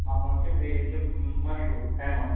مخمل چھِ بیٚیہِ یِم چھِ مشہوٗر فیمَس